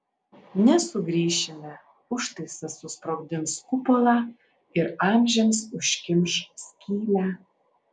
nesugrįšime užtaisas susprogdins kupolą ir amžiams užkimš skylę